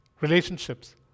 Relationships